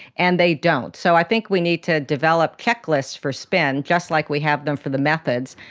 and they don't. so i think we need to develop checklists for spin, just like we have them for the methods,